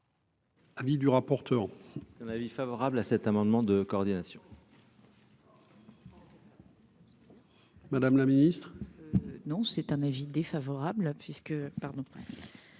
Avis du rapporteur, un avis favorable à cet amendement de coordination. Madame la ministre, non, c'est un avis défavorable